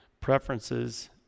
preferences